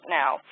now